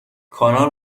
کانال